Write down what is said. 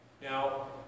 Now